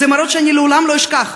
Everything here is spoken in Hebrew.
אלה מראות שאני לעולם לא אשכח,